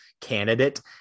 candidate